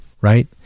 Right